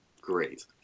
great